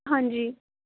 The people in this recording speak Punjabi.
ਹਾਂਜੀ